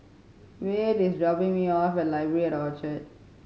Wade is dropping me off at Library at Orchard